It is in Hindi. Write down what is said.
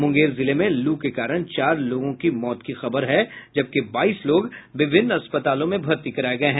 मुंगेर जिले में लू के कारण चार लोगों की मौत हो गयी जबकि बाईस लोग विभिन्न अस्पतालों में भर्ती कराये गये हैं